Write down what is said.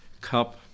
cup